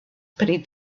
pri